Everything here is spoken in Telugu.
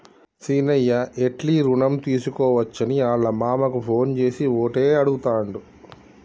సీనయ్య ఎట్లి రుణం తీసుకోవచ్చని ఆళ్ళ మామకు ఫోన్ చేసి ఓటే అడుగుతాండు